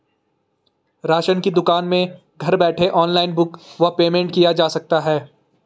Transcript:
Ration की दुकान में घर बैठे ऑनलाइन बुक व पेमेंट किया जा सकता है?